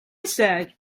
said